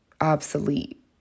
obsolete